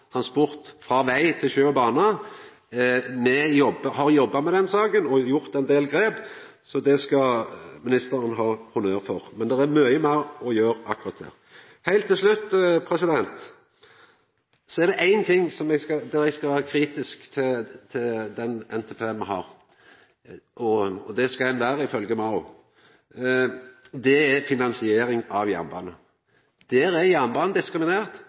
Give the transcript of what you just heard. transport frå veg til sjø og bane. Me har jobba med den saka og gjort ein del grep, så det skal ministeren ha honnør for. Men det er mykje meir å gjera akkurat der. Heilt til slutt: Det er ein ting eg skal vera kritisk til når det gjeld den NPT-en me har – og det skal ein vera ifølgje Mao – og det gjeld finansiering av jernbane. Der er jernbanen diskriminert.